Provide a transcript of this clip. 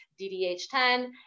DDH10